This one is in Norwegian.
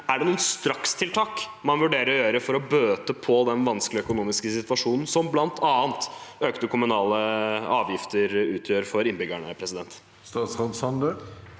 om det er noe strakstiltak man vurderer å gjøre for å bøte på den vanskelige økonomiske situasjonen som bl.a. økte kommunale avgifter utgjør for innbyggerne. Statsråd Erling